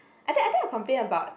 I think I think I complain about